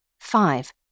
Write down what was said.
Five